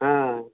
हँ